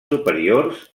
superiors